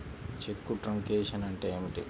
చెక్కు truncation అంటే ఏమిటి?